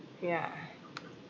yeah